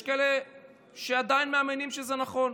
יש כאלה שעדיין מאמינים שזה נכון.